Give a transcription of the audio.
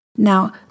Now